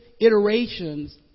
iterations